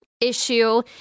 issue